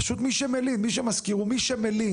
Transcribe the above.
פשוט מי שמלין, מי שמשכיר הוא מי שמלין,